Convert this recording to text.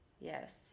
Yes